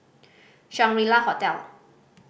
Shangri La Hotel